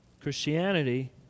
Christianity